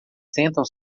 sentam